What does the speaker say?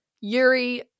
Yuri